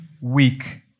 weak